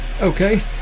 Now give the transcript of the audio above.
Okay